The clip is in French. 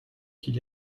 qu’il